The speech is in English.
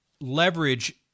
leverage